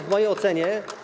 W mojej ocenie.